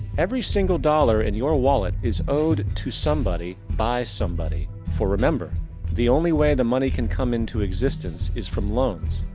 every single dollar in your wallet is owed to somebody by somebody. for remember the only way the money can come in to existence is from loans.